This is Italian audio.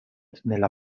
nella